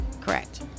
Correct